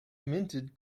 minted